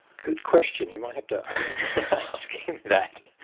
good question. you might have to ask him that.